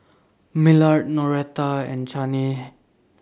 Millard Noretta and Chaney